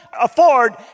afford